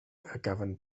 acaben